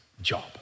job